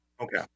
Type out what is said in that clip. okay